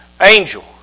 angel